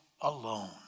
alone